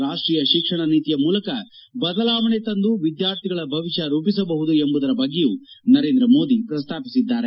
ಹೊಸ ರಾಷ್ಷೀಯ ಶಿಕ್ಷಣ ನೀತಿಯ ಮೂಲಕ ಬದಲಾವಣೆ ತಂದು ವಿದ್ವಾರ್ಥಿಗಳ ಭವಿಷ್ಣ ರೂಪಿಸಬಹುದು ಎಂಬುದರ ಬಗ್ಗೆಯೂ ನರೇಂದ್ರ ಮೋದಿ ಪ್ರಸ್ತಾಪಿಸಿದ್ದಾರೆ